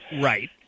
right